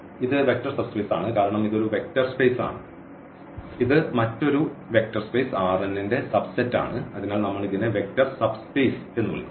ഇത് vector subspace ആണ് കാരണം ഇത് ഒരു വെക്റ്റർ സ്പേസ് ആണ് ഇത് മറ്റൊരു വെക്റ്റർ സ്പേസ് ന്റെ സബ്സെറ്റാണ് അതിനാൽ നമ്മൾ ഇതിനെ വെക്റ്റർ സബ്സ്പേസ് എന്ന് വിളിക്കുന്നു